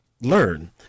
learn